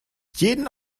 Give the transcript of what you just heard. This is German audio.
jeden